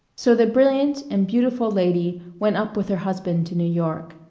so the brilliant and beautiful lady went up with her husband to new york.